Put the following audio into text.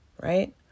Right